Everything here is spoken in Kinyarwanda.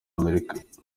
amerika